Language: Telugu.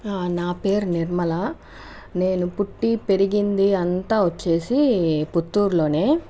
నా పేరు నిర్మల నేను పుట్టి పెరిగింది అంతా వచ్చి పుత్తూరులోనే